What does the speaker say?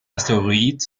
asteroid